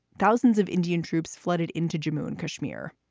thousands of indian troops flooded into jammu and kashmir.